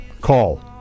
Call